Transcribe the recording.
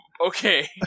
Okay